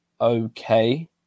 okay